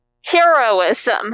heroism